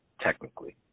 technically